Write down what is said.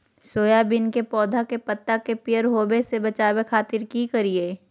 Soybean के पौधा के पत्ता के पियर होबे से बचावे खातिर की करिअई?